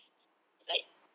like